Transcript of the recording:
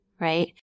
right